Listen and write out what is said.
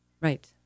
Right